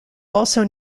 also